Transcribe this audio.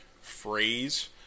Phrase